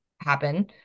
happen